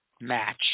match